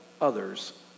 others